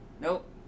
Nope